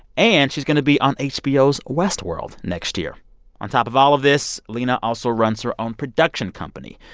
and she's going to be on hbo's westworld next year on top of all of this, lena also runs her own production company.